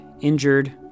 injured